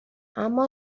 اما